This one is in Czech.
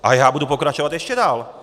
A já budu pokračovat ještě dál!